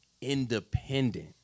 independent